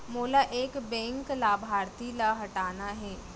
मोला एक बैंक लाभार्थी ल हटाना हे?